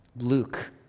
Luke